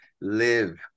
live